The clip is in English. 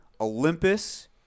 Olympus